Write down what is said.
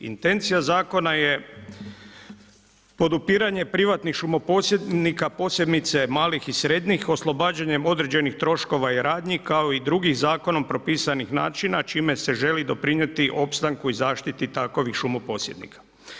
Intencija zakona je podupiranje privatnih šumo posjednika, posebice malih i srednjih, oslobađanjem određenih troškova i radnji, kao i drugih zakonom propisanih načina, čime se želi doprinijeti opstanku i zaštiti takovih šumo posjednika.